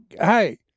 Hey